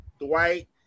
Dwight